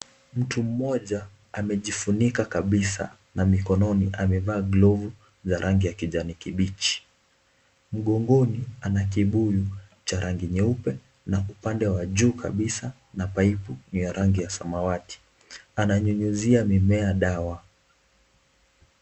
Mtu mmoja amejifunika kabisa na mkononi amevaa glovu za rangi ya kijani kibichi, Mgongoni ana kibuyu cha rangi nyeupe na upande wa juu kabisa ni paipu ya rangi ya samawati. Ananyunyizia mimea dawa.